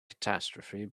catastrophe